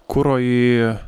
kuro į